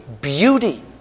beauty